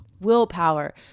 willpower